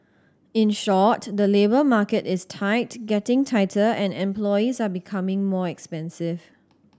in short the labour market is tight getting tighter and employees are becoming more expensive